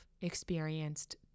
experienced